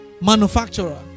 manufacturer